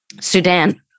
Sudan